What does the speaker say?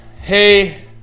hey